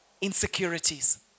insecurities